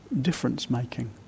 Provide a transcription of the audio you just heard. difference-making